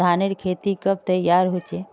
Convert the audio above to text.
धानेर खेती कब तैयार होचे?